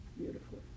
beautiful